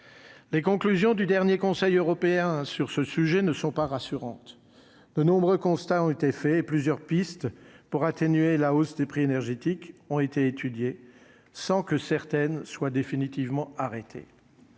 les conclusions du dernier Conseil européen sur ce sujet ne sont pas rassurantes de nombreux constats ont été faits et plusieurs pistes pour atténuer la hausse des prix énergétiques ont été étudiés sans que certaines soient définitivement arrêtés